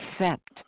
accept